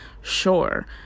Sure